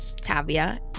Tavia